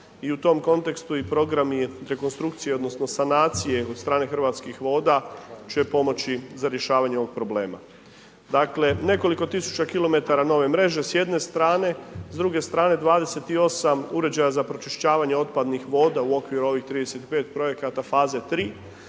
i u tom kontekstu i program je rekonstrukcije, odnosno, sanacije od strane Hrvatskih voda, čije pomoći za rješavanje ovog problema. Dakle, nekoliko tisuća km nove mreže s jedne strane, s druge strane, 28 uređaja za pročišćavanje otpadnih voda u okviru ovih 35 projekata faze 3,